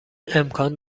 امکان